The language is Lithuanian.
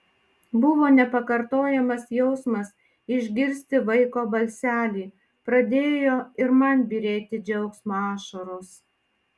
buvo nepakartojamas jausmas išgirsti vaiko balselį pradėjo ir man byrėti džiaugsmo ašaros